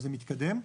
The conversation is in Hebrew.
וזה מתקדם.